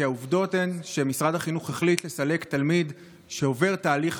כי העובדות הן שמשרד החינוך החליט לסלק תלמיד שעובר תהליך